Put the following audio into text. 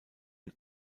ihn